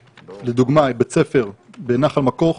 לדוגמה, בית ספר בנחל מכוך.